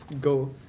go